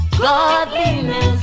godliness